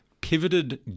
pivoted